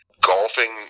golfing